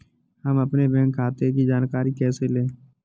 हम अपने बैंक खाते की जानकारी कैसे लें?